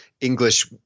English